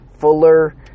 Fuller